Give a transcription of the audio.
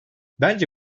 bence